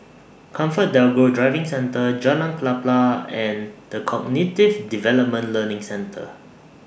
ComfortDelGro Driving Centre Jalan Klapa and The Cognitive Development Learning Centre